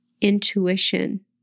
Intuition